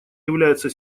является